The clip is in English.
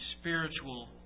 spiritual